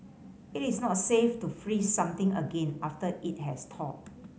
it is not safe to freeze something again after it has thawed